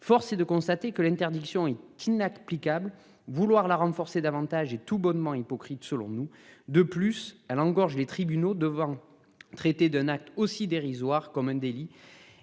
Force est de constater que l'interdiction qu'inapplicables. Vouloir la renforcer davantage et tout bonnement hypocrite, selon nous, de plus elle engorge les tribunaux devant traiter de aussi dérisoire comme un délit.